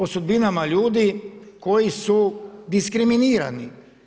O sudbinama ljudi koji su diskriminirani.